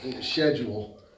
Schedule